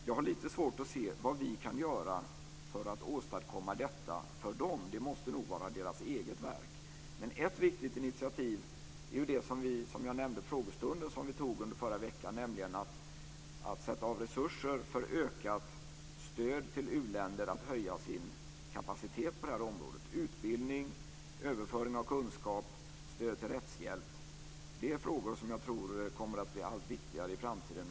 Jag har lite svårt att se vad vi kan göra för att åstadkomma detta för dem. Det måste nog vara deras eget verk. Men ett viktigt initiativ är det som vi tog under förra veckan, och som jag nämnde under frågestunden, nämligen att sätta av resurser för ökat stöd till u-länder att höja sin kapacitet på det här området. Det handlar om utbildning, överföring av kunskap och stöd till rättshjälp. Det är frågor som jag tror kommer att bli allt viktigare i framtiden.